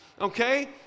okay